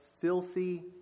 filthy